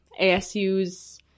ASU's